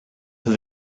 than